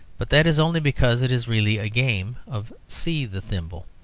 but that is only because it is really a game of see the thimble.